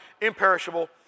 imperishable